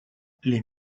les